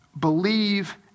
believe